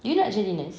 you not actually nurse